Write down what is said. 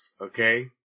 okay